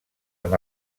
amb